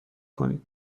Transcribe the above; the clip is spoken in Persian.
کنید